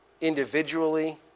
individually